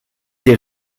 des